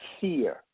fear